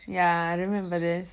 ya I remember this